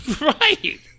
Right